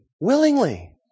Willingly